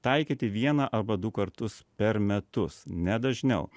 taikyti vieną arba du kartus per metus ne dažniau